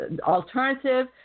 alternative